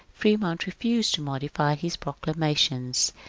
fremont refused to modify his proclamation,